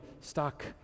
stuck